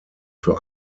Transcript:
für